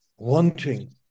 wanting